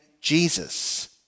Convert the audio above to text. Jesus